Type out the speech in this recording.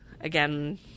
again